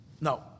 No